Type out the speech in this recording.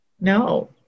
No